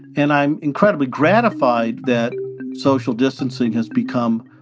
and i'm incredibly gratified that social distancing has become,